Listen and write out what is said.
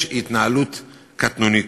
יש התנהלות קטנונית.